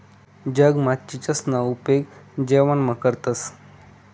जगमा चीचसना उपेग जेवणमा करतंस